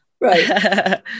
Right